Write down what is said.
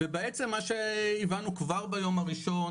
ובעצם מה שהבנו כבר בים הראשון,